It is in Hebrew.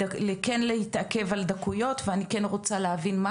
כן להתעכב על דקויות ואני כן רוצה להבין מה